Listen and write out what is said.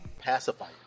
pacify